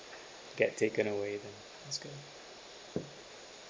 get taken away then it's good